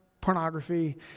pornography